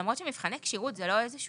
למרות שמבחני כשירות זה לא תעריף?